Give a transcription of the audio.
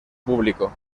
público